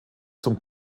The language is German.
zum